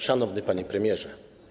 Szanowny Panie Premierze!